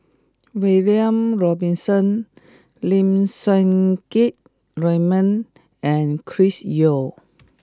William Robinson Lim Siang Keat Raymond and Chris Yeo